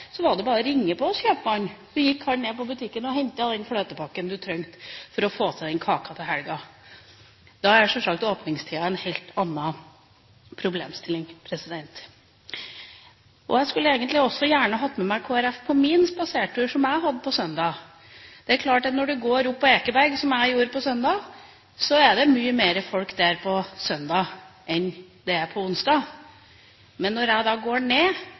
var det bare å ringe på hos kjøpmannen, og så gikk han ned på butikken og hentet den fløten du trengte for å lage kake til helgen. Da er sjølsagt åpningstida en helt annen problemstilling. Jeg skulle egentlig gjerne hatt med meg Kristelig Folkeparti på min spasertur, som jeg hadde på søndag. Det er klart at når man går oppe på Ekeberg, som jeg gjorde på søndag, er det mye mer folk der da enn det er på onsdag. Men når jeg går ned